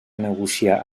negociar